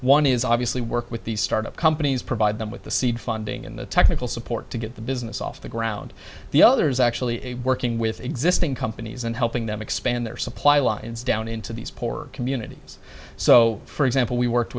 one is obviously were work with these startup companies provide them with the seed funding and the technical support to get the business off the ground the other is actually a working with existing companies and helping them expand their supply lines down into these poor communities so for example we worked